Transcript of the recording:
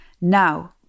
Now